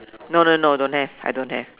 no no no don't have I don't have